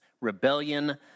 rebellion